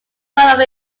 thought